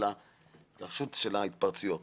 ההתפרצויות